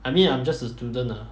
I mean I'm just a student ah